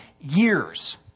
years